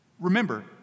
Remember